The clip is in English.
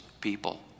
people